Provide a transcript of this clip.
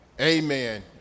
Amen